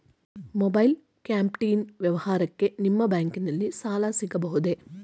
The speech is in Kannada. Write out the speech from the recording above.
ಮೊಬೈಲ್ ಕ್ಯಾಂಟೀನ್ ವ್ಯಾಪಾರಕ್ಕೆ ನಿಮ್ಮ ಬ್ಯಾಂಕಿನಲ್ಲಿ ಸಾಲ ಸಿಗಬಹುದೇ?